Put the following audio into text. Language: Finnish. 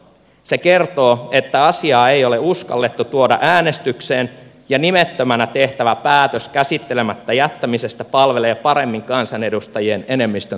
se kertoo että asiaa ei ole uskallettu tuoda äänestykseen ja nimettömänä tehtävä päätös käsittelemättä jättämisestä palvelee paremmin kansanedustajien enemmistön toiveita